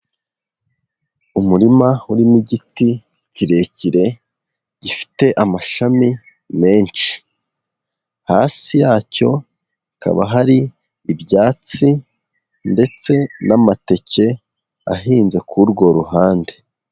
Umurima urimo igiti kirekire, gifite amashami menshi, hasi yacyo hakaba hari ibyatsi ndetse n'amateke ahinze k'urwo ruhande.